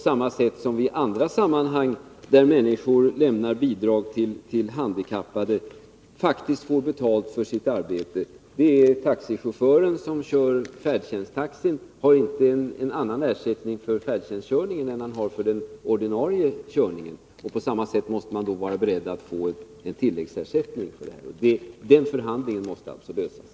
I andra sammanhang där människor lämnar bidrag till de handikappade får man ju faktiskt betalt för sitt arbete. Taxichauffören som kör färdtjänsttaxin har inte en annan ersättning för färdtjänstkörningen än för sin ordinarie körning. På samma sätt måste man vara beredd att betala en tilläggsersättning i detta sammanhang. Den förhandlingen måste alltså klaras av.